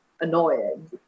annoying